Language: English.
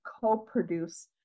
co-produce